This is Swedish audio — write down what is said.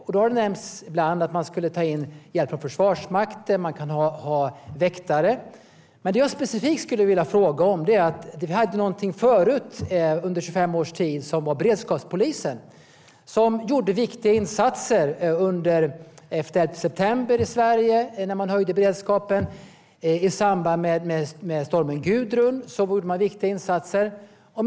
Det har ibland nämnts att man skulle ta in hjälp från Försvarsmakten, och man kan ha väktare. Jag skulle vilja ställa en specifik fråga. Vi hade förut under 25 års tid beredskapspolisen. Den gjorde viktiga insatser efter den 11 september i Sverige när man höjde beredskapen, och i samband med stormen Gudrun gjorde den viktiga insatser.